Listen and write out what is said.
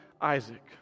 Isaac